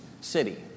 city